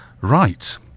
Right